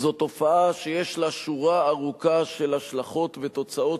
זו תופעה שיש לה שורה ארוכה של השלכות ותוצאות